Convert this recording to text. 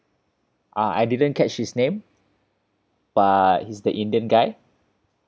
ah I didn't catch his name but he's the indian guy